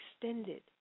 extended